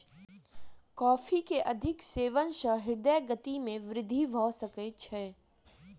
coffee के अधिक सेवन सॅ हृदय गति में वृद्धि भ सकै छै